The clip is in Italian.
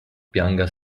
pianga